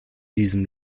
diesem